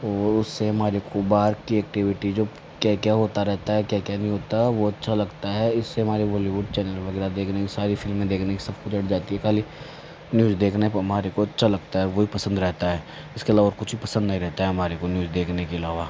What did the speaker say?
वो उससे हमारे को बाहर की एक्टिविटी जो क्या क्या होता रहता है क्या क्या नहीं होता वो अच्छा लगता है इससे हमारे बोलीवुड चैनल वगेरह देखने की सारी फ़िल्में देखने की सबकुछ हट जाती है खाली न्यूज़ देखने पे हमारे को अच्छा लगता है वोही पसंद रहता है इसके अलावा और कुछ भी पसंद नहीं रहता है हमारे को न्यूज़ देखने के अलावा